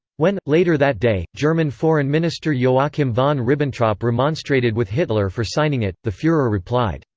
when, later that day, german foreign minister joachim von ribbentrop remonstrated with hitler for signing it, the fuhrer replied,